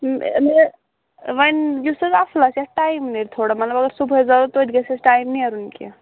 مےٚ وۅنۍ یُس حظ اَصٕل آسہِ یَتھ ٹایِم نیرِ تھوڑا مطلب اگر صُبحٲے زالو توتہِ گژھِ اَسہِ ٹایِم نیرُن کیٚنٛہہ